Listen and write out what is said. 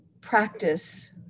practice